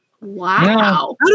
Wow